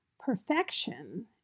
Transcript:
Perfection